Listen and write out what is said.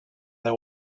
that